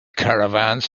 caravans